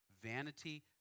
Vanity